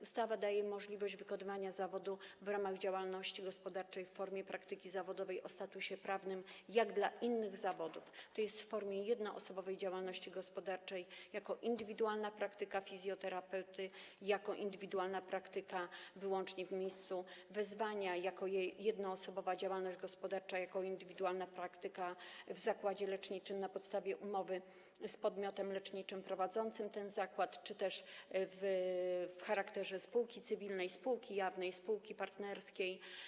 Ustawa daje możliwość wykonywania zawodu w ramach działalności gospodarczej w formie praktyki zawodowej o statusie prawnym, jak w przypadku innych zawodów, tj. w formie jednoosobowej działalności gospodarczej jako: indywidualna praktyka fizjoterapeuty, indywidualna praktyka wyłącznie w miejscu wezwania, jednoosobowa działalność gospodarcza, indywidualna praktyka w zakładzie leczniczym na podstawie umowy z podmiotem leczniczym prowadzącym ten zakład czy też w charakterze spółki cywilnej, spółki jawnej, spółki partnerskiej.